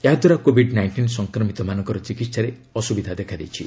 ଏହା ଦ୍ୱାରା Covid nineteen ସଂକ୍ରମିତମାନଙ୍କର ଚିକିହାରେ ଅସୁବିଧା ଦେଖାଦେଇଛି